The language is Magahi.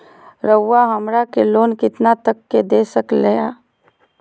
रउरा हमरा के लोन कितना तक का दे सकेला?